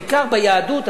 בעיקר ביהדות,